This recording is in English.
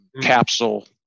capsule